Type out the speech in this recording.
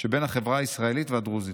שבין החברה הישראלית והדרוזית.